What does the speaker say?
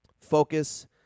focus